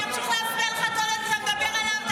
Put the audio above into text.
אני אמשיך להפריע לך כל עוד אתה מדבר עליו.